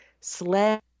sled